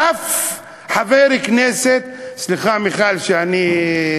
ואף חבר כנסת, סליחה, מיכל, שאני,